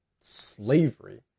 Slavery